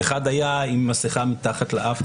אחד היה עם מסכה מתחת לאף.